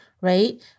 right